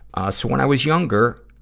ah so when i was younger,